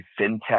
FinTech